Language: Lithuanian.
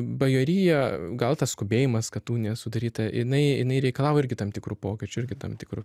bajorija gal tas skubėjimas kad unija sudaryta jinai jinai reikalavo irgi tam tikrų pokyčių irgi tam tikro